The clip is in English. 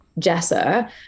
Jessa